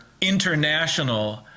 international